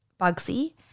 Bugsy